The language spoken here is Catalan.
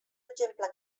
exemple